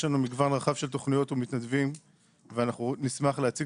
יש לנו מגוון רחב של תוכניות ומתנדבים ואנחנו נשמח להציג